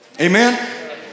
Amen